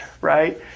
right